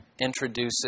introducing